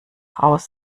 raus